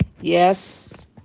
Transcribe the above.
Yes